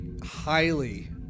highly